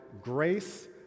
grace